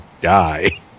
die